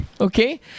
okay